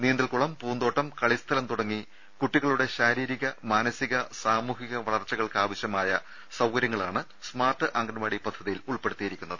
നീന്തൽക്കുളം പൂന്തോട്ടം കളിസ്ഥലം തുടങ്ങി കുട്ടികളുടെ ശാരീരിക മാനസിക സാമൂഹിക വളർച്ചയ്ക്കാവശ്യമായ സൌകര്യങ്ങളാണ് സ്മാർട്ട് അങ്കണവാടി പദ്ധതിയിൽ ഉൾപ്പെടുത്തിയിരിക്കുന്നത്